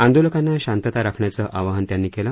आंदोलकांना शांतता राखण्याचं आवाहन त्यांनी केलं